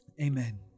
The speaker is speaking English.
Amen